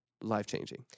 life-changing